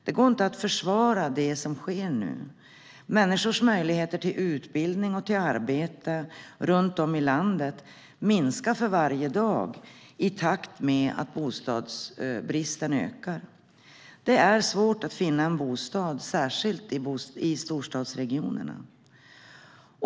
Det går inte att försvara det som sker nu. Människors möjligheter till utbildning och arbete runt om i landet minskar för varje dag i takt med att bostadsbristen ökar. Det är svårt att finna en bostad, särskilt i storstadsregionerna.